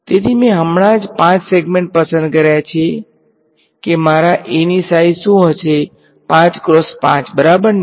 તેથી મેં હમણાં જ 5 સેગમેન્ટ પસંદ કર્યા છે કે મારા a ની સાઈઝ શું હશે બરાબરને